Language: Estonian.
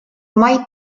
mait